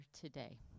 today